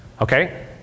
Okay